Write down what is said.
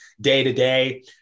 day-to-day